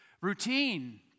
routine